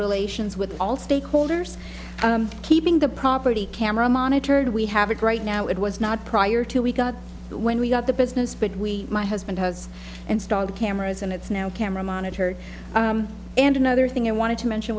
relations with all stakeholders keeping the property camera monitored we have it right now it was prior to we got it when we got the business but we my husband has installed cameras and it's now camera monitored and another thing i wanted to mention